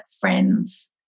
friends